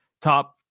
top